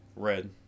red